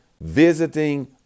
visiting